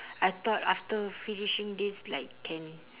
I thought after finishing this like can